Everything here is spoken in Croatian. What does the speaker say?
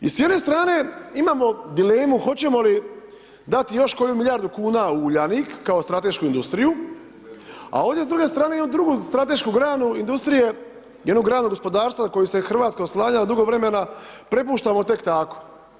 I s jedne strane imamo dilemu hoćemo li dati još koju milijardu kuna u Uljanik kao stratešku industriju, a ovdje s druge strane jednu drugu stratešku granu industrije, jednu granu gospodarstva na koju se Hrvatska oslanjala dugo vremena prepuštamo tek tako.